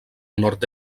nord